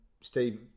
Steve